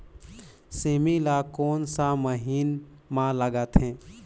सेमी ला कोन सा महीन मां लगथे?